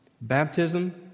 Baptism